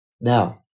Now